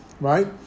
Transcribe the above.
Right